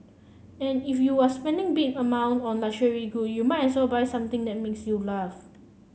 and if you're spending big among on a luxury good you might as well buy something that makes you laugh